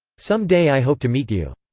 some day i hope to meet you.